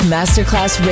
Masterclass